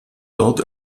dort